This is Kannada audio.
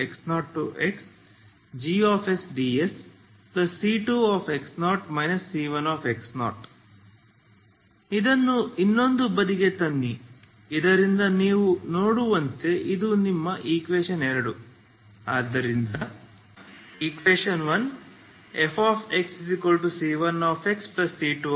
ಇದನ್ನು ಇನ್ನೊಂದು ಬದಿಗೆ ತನ್ನಿ ಇದರಿಂದ ನೀವು ನೋಡುವಂತೆ ಇದು ನಿಮ್ಮ eq ಆದ್ದರಿಂದ q fxc1xc2